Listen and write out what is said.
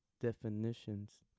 definitions